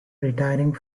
retiring